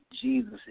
Jesus